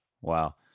wow